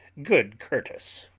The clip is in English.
good curtis.